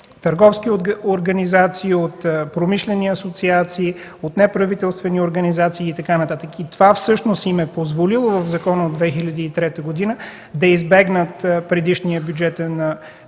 търговски организации, от промишлени асоциации, от неправителствени организации и така нататък. Всъщност това им е позволило в закона от 2003 г. да избегнат предишния бюджетен принцип